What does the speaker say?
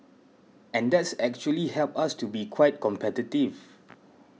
and that's actually helped us to be quite competitive